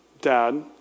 dad